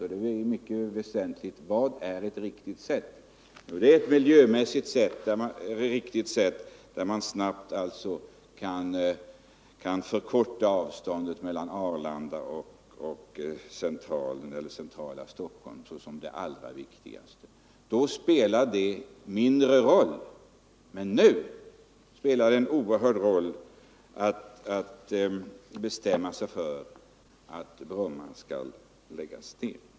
Och det är mycket väsentligt att veta vad som är ett riktigt sätt. Det gäller ett miljömässigt riktigt sätt som innebär att man kan förkorta avståndet mellan Arlanda och det centrala Stockholm —- det är det allra viktigaste. Då spelar det mindre roll, nu som det ser ut i dag, spelar det en oerhört stor roll att bestämma sig för om Bromma skall läggas ned.